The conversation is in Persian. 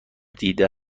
دیده